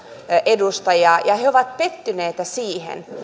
edustajaa niin he ovat pettyneitä siihen